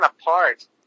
apart